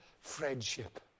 friendship